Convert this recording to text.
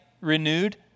renewed